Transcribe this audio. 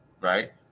right